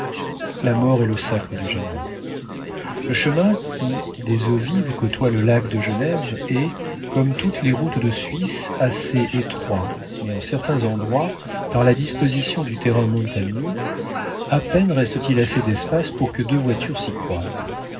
la mort est le sacre du génie le chemin qui des eaux vives côtoie le lac de genève est comme toutes les routes de suisse assez étroit mais en certains endroits par la disposition du terrain montagneux à peine reste-t-il assez d'espace pour que deux voitures s'y